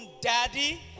daddy